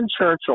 Churchill